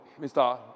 Mr